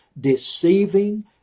deceiving